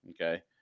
okay